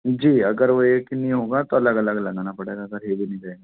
जी अगर वह एक नहीं होगा तो अलग अलग लगाना पड़ेगा अगर हैवी नहीं रहेगा